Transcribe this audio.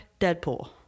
Deadpool